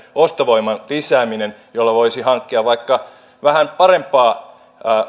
ostovoiman lisääminen jolla voisi hankkia vaikka vähän parempaa